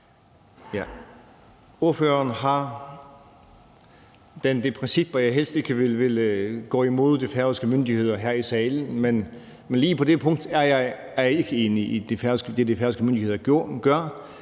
ordfører har jeg det princip, at jeg helst ikke vil gå imod de færøske myndigheder her i salen, men lige på det punkt er jeg ikke enig i det, som de færøske myndigheder gør.